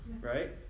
right